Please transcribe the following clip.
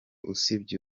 usibye